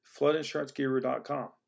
floodinsuranceguru.com